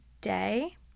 day